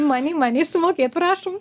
many many sumokėt prašom